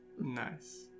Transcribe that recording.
Nice